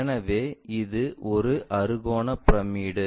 எனவே இது ஒரு அறுகோண பிரமிடு